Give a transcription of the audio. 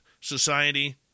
Society